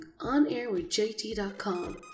OnAirWithJT.com